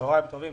צוהריים טובים.